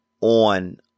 on